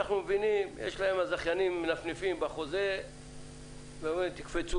אנחנו מבינים שהזכיינים מנופפים בחוזה ואומרים 'תקפצו,